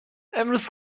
امروز